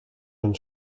hun